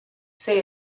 say